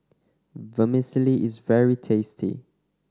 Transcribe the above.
vermicelli is very tasty